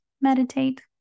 meditate